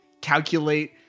calculate